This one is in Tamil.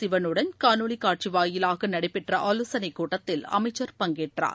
சிவனுடன் காணொலிக் காட்சி வாயிலாக நடைபெற்ற ஆலோசனைக் கூட்டத்தில் அமைச்சர் பங்கேற்றார்